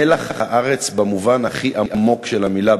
מלח הארץ במובן הכי עמוק של המילה.